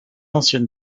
ancienne